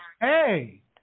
Hey